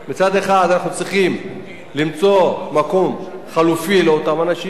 מצד אחד אנחנו צריכים למצוא מקום חלופי לאותם אנשים,